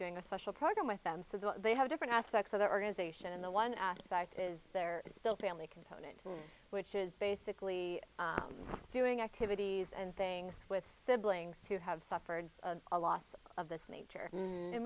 doing a special program with them so they have different aspects of the organization in the one aspect is there is still family component which is basically doing activities and things with siblings who have suffered a loss of this nature